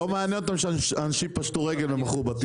לא מעניין אותם שאנשים פשטו רגל ומכרו בתים.